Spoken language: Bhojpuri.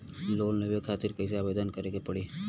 लोन लेवे खातिर कइसे आवेदन करें के पड़ी?